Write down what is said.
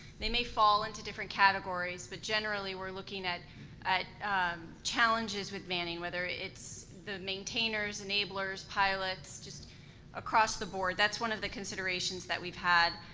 they may fall into different categories, but generally, we're looking at at challenges with manning. whether it's the maintainers, enablers, pilots, just across the board, that's one of the considerations that we've had.